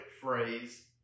phrase